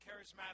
charismatic